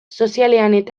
sozialean